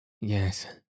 Yes